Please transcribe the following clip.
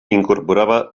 incorporava